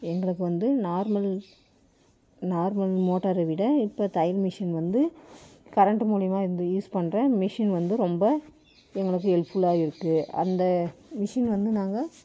எங்களுக்கு வந்து normal normal மோட்டாரை விட இப்போ தைய மிஷின் வந்து கரெண்ட்டு மூலிமா இது யூஸ் பண்ணுறோம் மிஷின் வந்து ரொம்ப எங்களுக்கு ஹெல்ப்ஃபுல்லாக இருக்குது அந்த மிஷின் வந்து நாங்கள்